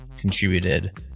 contributed